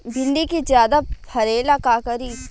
भिंडी के ज्यादा फरेला का करी?